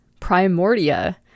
Primordia